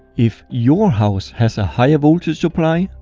if your house has a higher voltage supply,